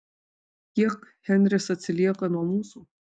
kiek henris atsilieka nuo mūsų